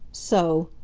so!